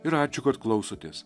ir ačiū kad klausotės